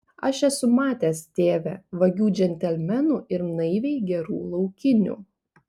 aš esu matęs tėve vagių džentelmenų ir naiviai gerų laukinių